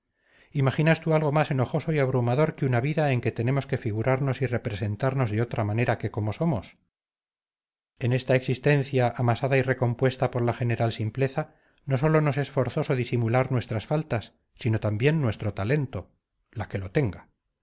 imaginas tú algo más enojoso y abrumador que una vida en que tenemos que figurarnos y representarnos de otra manera que como somos en esta existencia amasada y recompuesta por la general simpleza no sólo nos es forzoso disimular nuestras faltas sino también nuestro talento la que lo tenga